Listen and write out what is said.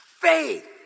Faith